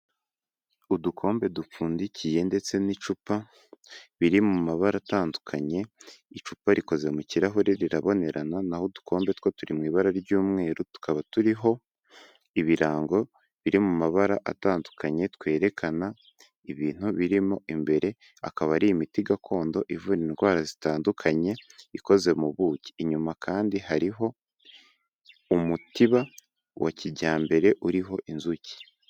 Udukombe dupfundikiye ndetse n'icupa biri mu mabara atandukanye, icupa rikoze mu kirahure rirabonerana naho udukombe two turi mu ibara ry'umweru tukaba turiho ibirango biri mu mabara atandukanye twerekana ibintu birimo imbere akaba ari imiti gakondo ivura indwara zitandukanye ikoze mu buki, inyuma kandi hariho umutiba wa kijyambere uriho inzuki.